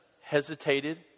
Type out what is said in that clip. hesitated